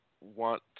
want